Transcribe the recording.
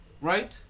right